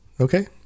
Okay